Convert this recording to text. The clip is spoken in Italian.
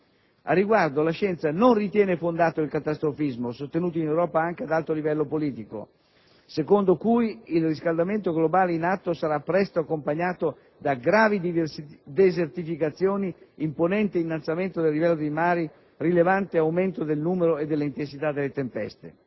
Al riguardo, la scienza non ritiene fondato il catastrofismo, sostenuto in Europa anche ad alto livello politico, secondo cui il riscaldamento globale in atto sarà presto accompagnato da gravi desertificazioni, imponente innalzamento del livello dei mari, rilevante aumento del numero e dell'intensità delle tempeste.